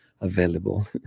available